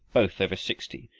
both over sixty,